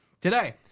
Today